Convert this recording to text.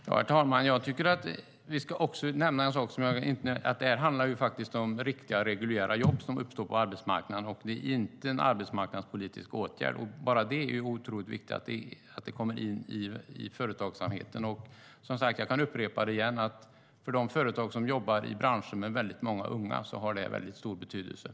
Herr talman! Jag tycker att vi ska nämna att det handlar om riktiga, reguljära jobb som uppstår på arbetsmarknaden. Det är inte en arbetsmarknadspolitisk åtgärd. Det är oerhört viktigt att de kommer in i företagsamheten.